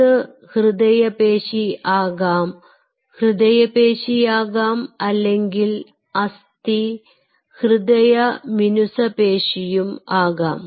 അത് അസ്ഥിപേശി ആകാം ഹൃദയപേശി ആകാം അല്ലെങ്കിൽ അസ്ഥി ഹൃദയ മിനുസ പേശിയും ആകാം